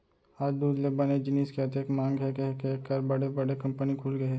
आज दूद ले बने जिनिस के अतेक मांग हे के एकर बर बड़े बड़े कंपनी खुलगे हे